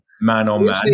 man-on-man